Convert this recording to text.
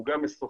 הוא גם משוחח